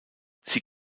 sie